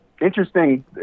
Interesting